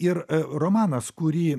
ir romanas kurį